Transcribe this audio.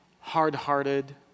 hard-hearted